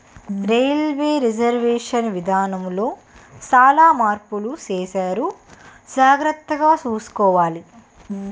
railway reservation విధానములో సాలా మార్పులు సేసారు జాగర్తగ సూసుకోవాల